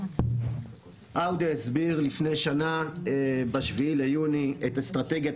עודה הסביר לפני שנה ב-7 ליוני את אסטרטגיית